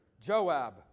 Joab